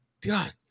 God